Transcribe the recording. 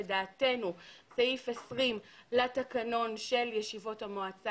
לדעתנו סעיף 20 לתקנון של ישיבות המועצה,